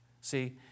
See